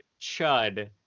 Chud